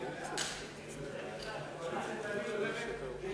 הביטוח הלאומי (תיקון מס' 108) (ביטוח סיעודי לנפגעי עבודה),